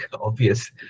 obvious